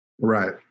Right